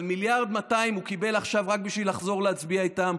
אבל 1.2 הוא קיבל עכשיו רק בשביל לחזור להצביע איתם,